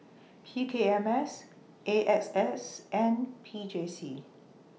P K M S A X S and P J C